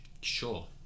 Sure